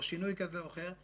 או שינוי כזה או אחר,